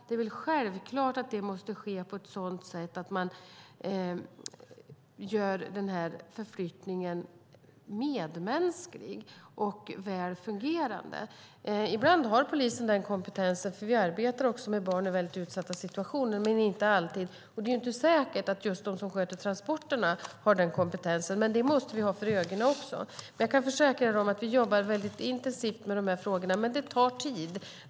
Det är självklart att transporterna måste ske på ett sådant sätt att förflyttningen blir medmänsklig och väl fungerande. Ibland har polisen den kompetensen, för vi arbetar ibland med barn i utsatta situationer. Det är inte alltid de som sköter transporterna som har den kompetensen, och det måste vi ha för ögonen. Jag kan försäkra att vi jobbar väldigt intensivt med de här frågorna, men det tar tid.